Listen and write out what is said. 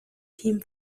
team